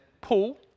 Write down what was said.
Paul